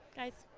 guys.